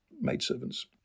maidservants